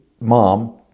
mom